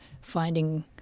finding